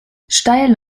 steil